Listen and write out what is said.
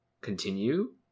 continue